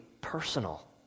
personal